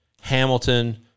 Hamilton